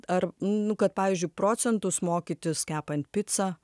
ar nu kad pavyzdžiui procentus mokytis kepant picą